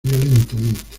violentamente